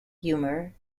humour